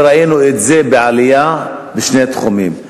ראינו את זה בעלייה בשני תחומים,